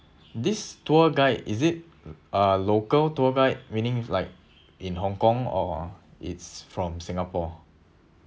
this tour guide is it a local tour guide meaning like in hong kong or it's from singapore